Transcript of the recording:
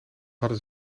hadden